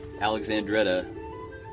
Alexandretta